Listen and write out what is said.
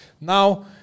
Now